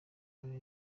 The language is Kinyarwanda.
dubai